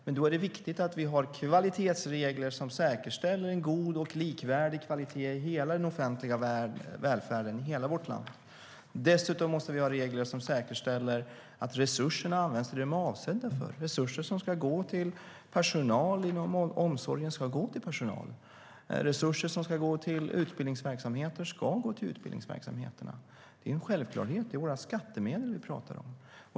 Men då är det viktigt att vi har kvalitetsregler som säkerställer en god och likvärdig kvalitet i hela den offentliga välfärden i hela vårt land. Dessutom måste vi ha regler som säkerställer att resurserna används till vad de är avsedda för. Resurser som ska gå till personal inom omsorgen ska gå till personal. Resurser som ska gå till utbildningsverksamheter ska gå till utbildningsverksamheter. Det är en självklarhet. Det är våra skattemedel som vi pratar om.